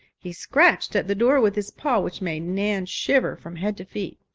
he scratched at the door with his paw, which made nan shiver from head to feet.